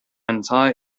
entire